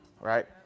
right